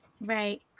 Right